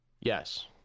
Yes